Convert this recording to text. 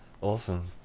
Awesome